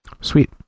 Sweet